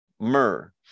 Myrrh